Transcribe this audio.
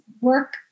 work